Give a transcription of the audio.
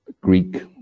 Greek